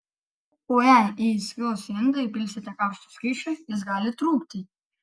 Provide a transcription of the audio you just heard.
o jei į įskilusį indą įpilsite karšto skysčio jis gali trūkti